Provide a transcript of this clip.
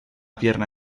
pierna